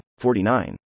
49